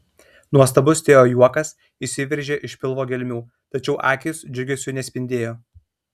nuostabus teo juokas išsiveržė iš pilvo gelmių tačiau akys džiugesiu nespindėjo